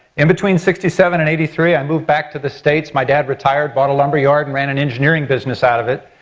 and between sixty seven and eighty three i moved back into the states. my dad retired, bought a lumber yard and ran an engineering business out of it.